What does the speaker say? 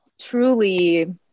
truly